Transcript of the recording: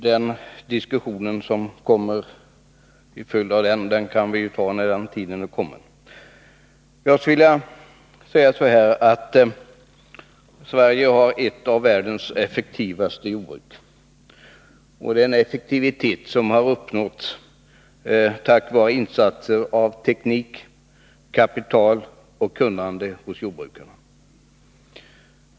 Den diskussion som följer på den utredningen kan vi ju ta när den tiden kommer. Sverige har ett av världens effektivaste jordbruk. Det är en effektivitet som har uppnåtts tack vare insatser av teknik, kapital och kunnande hos jordbrukarna.